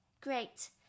Great